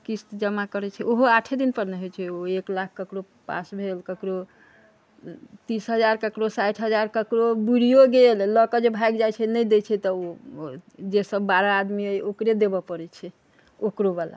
किस्त जमा करै छै ओहो आठे दिनपर नहि होइ छै एक लाख ककरो पास भेल ककरो तीस हजार ककरो साठि हजार ककरो बूरिये गेल लअ के जे भागि जाइ छै नहि दै छै त उ जे सब बारह आदमी अय ओकरे देबऽ पड़ै छै ओकरोवला